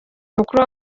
mukuru